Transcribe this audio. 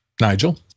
Nigel